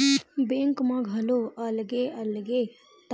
bank म घलो अलगे अलगे